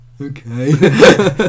okay